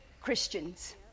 Christians